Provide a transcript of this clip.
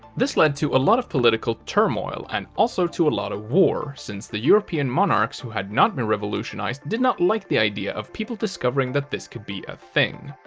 this led to a lot of political turmoil, and also to a lot of war, since the european monarchs who had not been revolutionized did not like the idea of people discovering that this could be a thing.